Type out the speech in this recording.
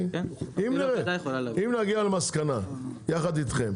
אם נגיע למסקנה יחד איתכם,